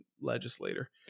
legislator